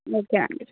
okay అండి